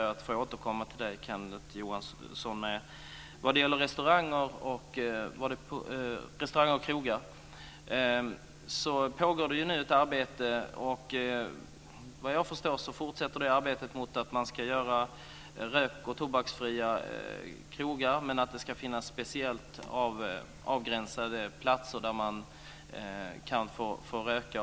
Jag ber att få återkomma till Kenneth Johansson om det. Det pågår ett arbete nu för att göra restauranger och krogar rök och tobaksfria, och vad jag förstår fortsätter det arbetet, men det ska finnas speciellt avgränsade platser där man kan få röka.